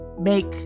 make